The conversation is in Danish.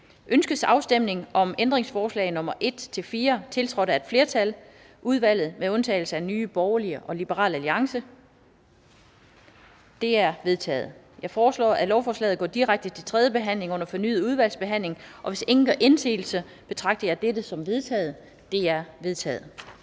Ønskes afstemning om ændringsforslag nr. 1-4, tiltrådt af et flertal (udvalget med undtagelse af NB og LA)? De er vedtaget. Jeg foreslår, at lovforslaget går direkte til tredje behandling uden fornyet udvalgsbehandling. Hvis ingen gør indsigelse, betragter jeg dette som vedtaget. Det er vedtaget.